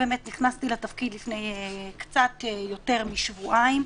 נכנסתי לתפקיד לפני קצת יותר משבועיים,